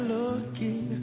looking